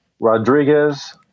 Rodriguez